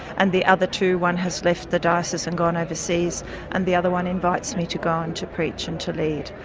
and the other two one has left the diocese and gone overseas and the other one invites me to go and to preach and to lead.